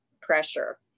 pressure